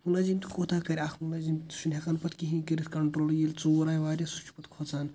مُلٲزِم تہِ کوٗتاہ کَرِ اَکھ مُلٲزِم سُہ چھُنہٕ ہیکان پتہٕ کِہیٖنۍ کٔرِتھ کَنٹرٛولےٕ ییٚلہِ ژوٗر آے واریاہ سُہ چھُ پتہ کھوژان